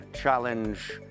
Challenge